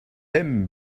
aime